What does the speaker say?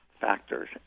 factors